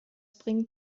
bringt